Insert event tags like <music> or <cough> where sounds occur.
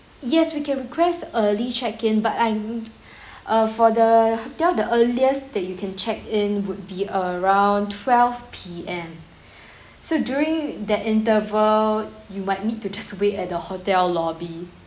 yes we can request early check in but I'm <breath> uh for the hotel the earliest that you can check in would be around twelve P_M <breath> so during that interval you might need to just wait at the hotel lobby